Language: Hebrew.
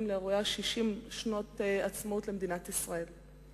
לאירועי 60 שנות עצמאות למדינת ישראל.